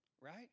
Right